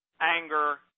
anger